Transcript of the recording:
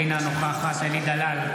אינה נוכחת אלי דלל,